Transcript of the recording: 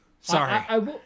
sorry